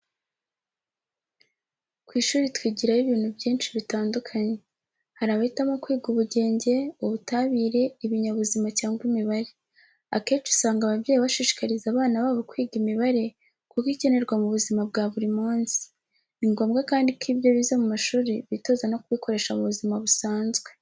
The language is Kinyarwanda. Ku ishuri twigirayo ibintu byinshi bitandukanye. Hari abahitamo kwiga ubugenge, ubutabire, ibinyabuzima cyangwa imibare. Akenshi usanga ababyeyi bashishikariza abana babo kwiga imibare, kuko ikenerwa mu buzima bwa buri munsi. Ni ngombwa kandi ko ibyo bize mu mashuri bitoza no kubikoresha mu buzima busanzwe.